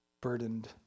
burdened